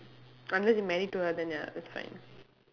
unless you married to her then ya that's fine